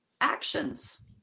Actions